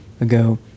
ago